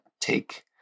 take